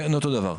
כן, אותו דבר.